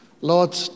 Lord